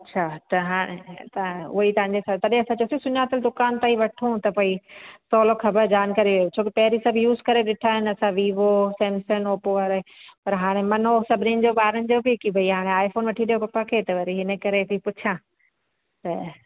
अच्छा त हाणे त उहेई तव्हांजे सां तॾहिं असां चयोसी सुञातल दुकान तां ई वठूं त पई सवलो ख़बर जानकारी छो की पहिरीं सभु यूज़ करे ॾिठां आहिनि असां वीवो सैमसंग ओप्पो वारे पर हाणे मन हो सभिनीनि जो ॿारनि जो बि कू भई हाणे आई फ़ोन वठी ॾियो पप्पा खे त वरी हिन करे ती पुछां त